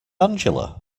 angela